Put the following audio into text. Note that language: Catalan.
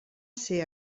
ser